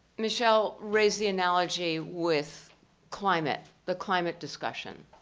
michelle raise the analogy with climate, the climate discussion.